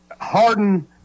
harden